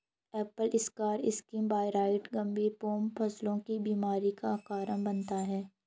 Apple scar skin viroid गंभीर pome फलों की बीमारियों का कारण बनता है